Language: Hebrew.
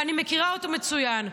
ואני מכירה אותו מצוין.